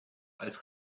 als